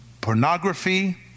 pornography